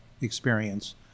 experience